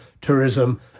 tourism